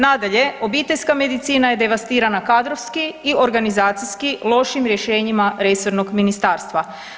Nadalje, obiteljska medicina je devastirana kadrovski i organizacijski lošim rješenjima resornog ministarstva.